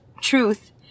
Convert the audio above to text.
truth